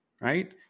right